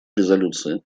резолюции